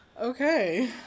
okay